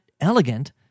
elegant